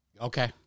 Okay